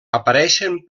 apareixen